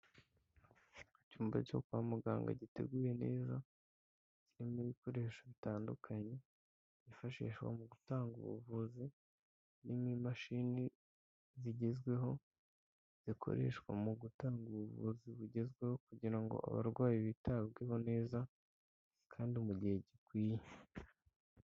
Icyumba cyo kwa muganga giteguye neza, kirimo ibikoresho bitandukanye, byifashishwa mu gutanga ubuvuzi, nk'imashini zigezweho, zikoreshwa mu gutanga ubuvuzi bugezweho kugira ngo abarwayi bitabweho neza, kandi mu gihe gikwiye.